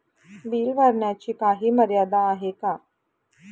Bill भरण्याची काही मर्यादा आहे का?